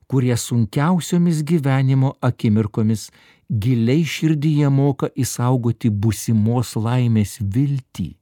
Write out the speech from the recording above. kurie sunkiausiomis gyvenimo akimirkomis giliai širdyje moka išsaugoti būsimos laimės viltį